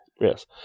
Yes